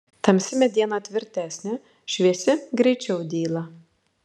tamsi mediena tvirtesnė šviesi greičiau dyla